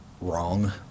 wrong